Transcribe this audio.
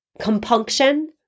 compunction